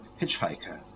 hitchhiker